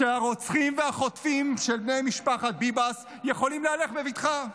שהרוצחים והחוטפים של בני משפחת ביבס יכולים להלך בבטחה?